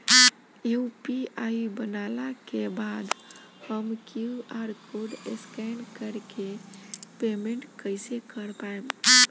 UPI बनला के बाद हम क्यू.आर कोड स्कैन कर के पेमेंट कइसे कर पाएम?